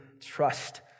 trust